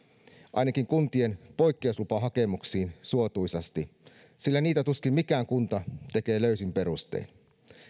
ainakin kuntien poikkeuslupahakemuksiin suotuisasti sillä niitä tuskin mikään kunta tekee löysin perustein